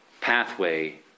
pathway